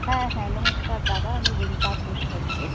হ্যাঁ হ্যাঁ নমস্কার দাদা আমি রিম্পা ঘোষ বলছি